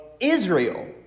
Israel